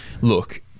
look